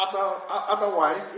otherwise